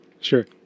Sure